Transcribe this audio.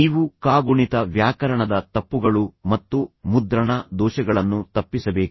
ನೀವು ಕಾಗುಣಿತ ವ್ಯಾಕರಣದ ತಪ್ಪುಗಳು ಮತ್ತು ಮುದ್ರಣ ದೋಷಗಳನ್ನು ತಪ್ಪಿಸಬೇಕು